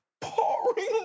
pouring